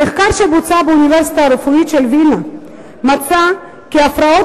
מחקר שבוצע באוניברסיטה הרפואית של וינה מצא כי הפרעות